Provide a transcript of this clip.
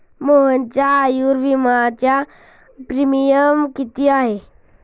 मोहनच्या आयुर्विम्याचा प्रीमियम किती आहे?